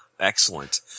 excellent